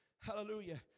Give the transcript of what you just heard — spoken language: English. hallelujah